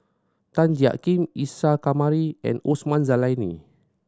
Tan Jiak Kim Isa Kamari and Osman Zailani